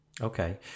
Okay